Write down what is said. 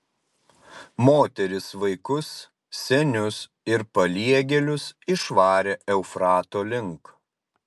moteris vaikus senius ir paliegėlius išvarė eufrato link